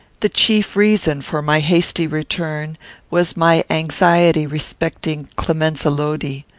the chief reason for my hasty return was my anxiety respecting clemenza lodi.